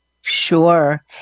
Sure